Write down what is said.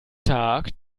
tag